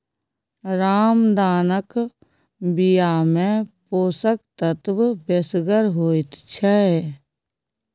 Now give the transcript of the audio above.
रामदानाक बियामे पोषक तत्व बेसगर होइत छै